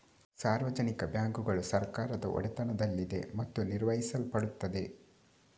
ಸಾರ್ವಜನಿಕ ಬ್ಯಾಂಕುಗಳು ಸರ್ಕಾರಗಳ ಒಡೆತನದಲ್ಲಿದೆ ಮತ್ತು ನಿರ್ವಹಿಸಲ್ಪಡುತ್ತವೆ